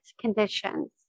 conditions